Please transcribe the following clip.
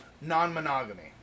non-monogamy